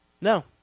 No